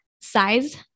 size